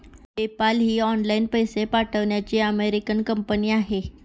PayPal ही online पैसे पाठवण्याची अमेरिकन कंपनी आहे